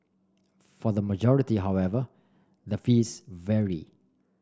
for the majority however the fees vary